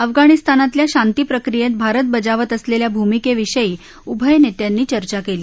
अफगाणिस्तानातल्या शांतीप्रक्रियेत भारत बजावत असलेल्या भूमिकेविषयी उभय नेत्यांनी चर्चा केली